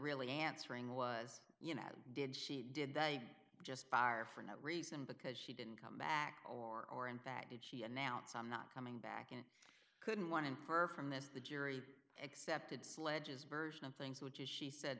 ally answering was you know did she did they just fire for not reason because she didn't come back or aren't that did she announce i'm not coming back and couldn't one infer from this the jury accepted sledges version of things which is she said